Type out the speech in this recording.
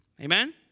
amen